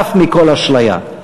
חף מכל אשליה.